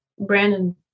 Brandon